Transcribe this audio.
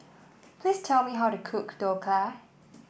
please tell me how to cook Dhokla